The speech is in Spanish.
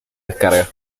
descarga